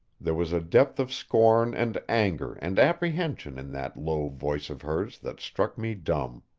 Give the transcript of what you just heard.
there was a depth of scorn and anger and apprehension in that low voice of hers that struck me dumb.